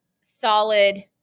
solid